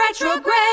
retrograde